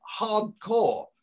hardcore